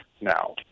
now